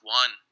one